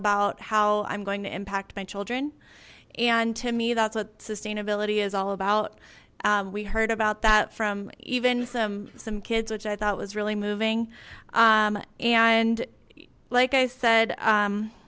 about i'm going to impact my children and to me that's what sustainability is all about we heard about that from even some some kids which i thought was really moving and like i said